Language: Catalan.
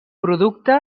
producte